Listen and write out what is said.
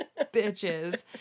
bitches